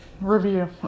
review